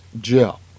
Jill